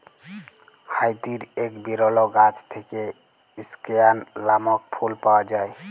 হাইতির এক বিরল গাছ থেক্যে স্কেয়ান লামক ফুল পাওয়া যায়